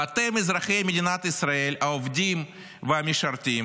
ואתם, אזרחי מדינת ישראל העובדים והמשרתים,